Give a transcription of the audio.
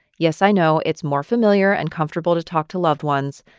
yes, i know. it's more familiar and comfortable to talk to loved ones.